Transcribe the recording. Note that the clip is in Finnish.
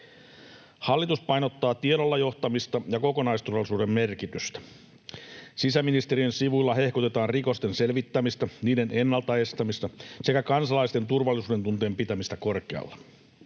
Hallitus painottaa tiedolla johtamista ja kokonaisturvallisuuden merkitystä. Sisäministeriön sivuilla hehkutetaan rikosten selvittämistä, niiden ennalta estämistä sekä kansalaisten turvallisuudentunteen pitämistä korkealla.